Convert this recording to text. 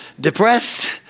depressed